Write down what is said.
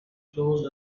closed